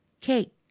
cake